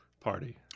Party